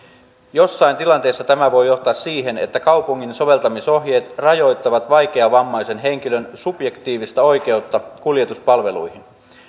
joissain tilanteissa tämä voi johtaa siihen että kaupungin soveltamisohjeet rajoittavat vaikeavammaisen henkilön subjektiivista oikeutta kuljetuspalveluihin